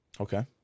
okay